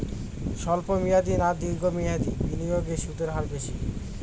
স্বল্প মেয়াদী না দীর্ঘ মেয়াদী বিনিয়োগে সুদের হার বেশী?